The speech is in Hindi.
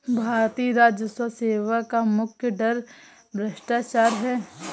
भारतीय राजस्व सेवा का मुख्य डर भ्रष्टाचार है